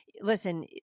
Listen